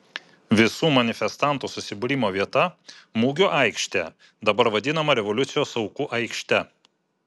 visų manifestantų susibūrimo vieta mugių aikštė dabar vadinama revoliucijos aukų aikšte